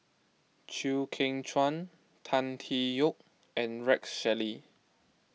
Chew Kheng Chuan Tan Tee Yoke and Rex Shelley